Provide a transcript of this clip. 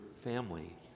family